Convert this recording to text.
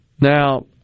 Now